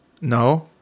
No